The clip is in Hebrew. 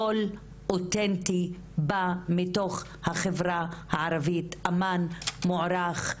קול אותנטי בא מתוך החברה הערבית, אמן מוערך,